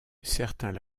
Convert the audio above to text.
certains